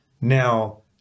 now